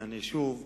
אני אענה שוב.